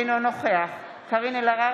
אינו נוכח קארין אלהרר,